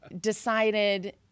decided